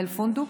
אל-פונדוק?